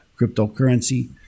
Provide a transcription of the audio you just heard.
cryptocurrency